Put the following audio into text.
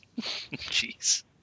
Jeez